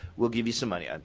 we'll give you so money. and